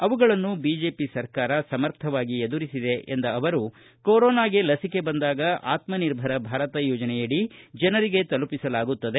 ಅವುಗಳನ್ನು ಬಿಜೆಪಿ ಸರ್ಕಾರ ಸಮರ್ಥವಾಗಿ ಎದುರಿಸಿದೆ ಎಂದ ಅವರು ಕೊರೊನಾಗೆ ಲಸಿಕೆ ಬಂದಾಗ ಆತ್ಮನಿರ್ಭರ ಭಾರತ್ ಅಡಿಯಲ್ಲಿ ಜನರಿಗೆ ತಲುಪಿಸಲಾಗುತ್ತದೆ